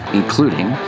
including